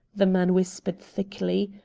the man whispered thickly.